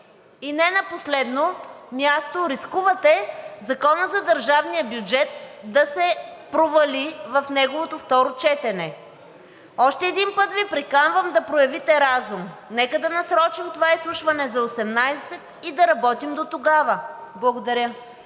и не на последно място, рискувате Законът за държавния бюджет да се провали в неговото второ четене. Още един път Ви приканвам да проявите разум. Нека да насрочим това изслушване за 18,00 ч. и да работим дотогава. Благодаря.